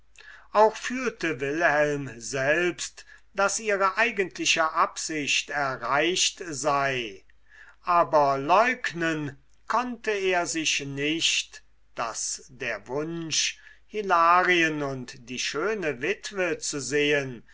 auch fühlte wilhelm selbst daß ihre eigentliche absicht erreicht sei aber leugnen konnte er sich nicht daß der wunsch hilarien und die schöne witwe zu sehen